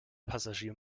passagier